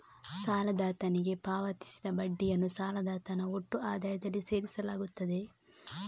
ಸಾಲದಾತನಿಗೆ ಪಾವತಿಸಿದ ಬಡ್ಡಿಯನ್ನು ಸಾಲದಾತನ ಒಟ್ಟು ಆದಾಯದಲ್ಲಿ ಸೇರಿಸಲಾಗುತ್ತದೆ